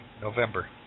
November